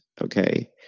okay